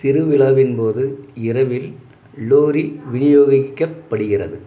திருவிழாவின்போது இரவில் லோரி விநியோகிக்கப்படுகிறது